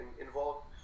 involved